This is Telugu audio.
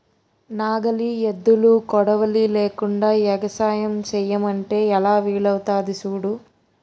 నాగలి, ఎద్దులు, కొడవలి లేకుండ ఎగసాయం సెయ్యమంటే ఎలా వీలవుతాది సూడు